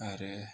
आरो